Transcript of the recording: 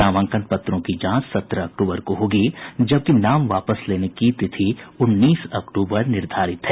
नामांकन पत्रों की जांच सत्रह अक्टूबर को होगी जबकि नामांकन वापस लेने की तिथि उन्नीस अक्टूबर निर्धारित है